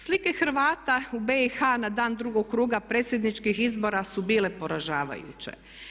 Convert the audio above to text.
Slike Hrvata u BIH na dan drugog kruga predsjedničkih izbora su bile poražavajuće.